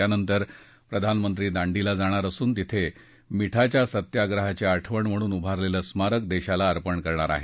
त्यानंतर प्रधानमंत्री दांडीला जाणार असून तिथं मिठाच्या सत्याप्रहाची आठवण म्हणून उभारलेलं स्मारक देशाला अर्पण करणार आहेत